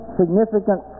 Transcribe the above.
significant